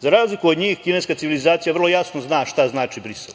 Za razliku od njih, kineska civilizacija vrlo jasno zna šta je Brisel.